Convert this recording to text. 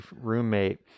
roommate